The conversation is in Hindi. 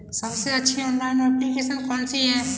सबसे अच्छी ऑनलाइन एप्लीकेशन कौन सी है?